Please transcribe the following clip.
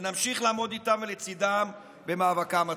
ונמשיך לעמוד איתם ולצידם במאבקם הצודק.